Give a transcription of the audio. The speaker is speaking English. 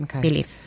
believe